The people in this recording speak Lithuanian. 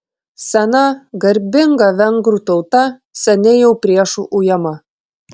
sena garbinga vengrų tauta seniai jau priešų ujama